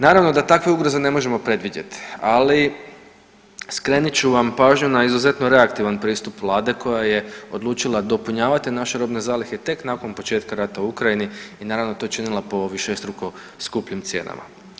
Naravno da takve ugroze ne možemo predvidjeti, ali skrenit ću vam pažnju na izuzetno reaktivan pristup vlade koja je odlučila dopunjavati naše robne zalihe tek nakon početka rata u Ukrajini i naravno to činila po višestruko skupljim cijenama.